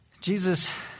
Jesus